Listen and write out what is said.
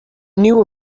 knew